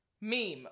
meme